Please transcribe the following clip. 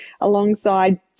alongside